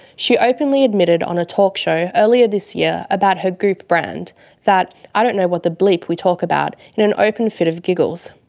she openly admitted on a talk show earlier this year about her goop brand that i don't know what the but we talk about! in an open fit of giggles.